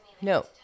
No